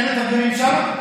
אין מתרגמים שם?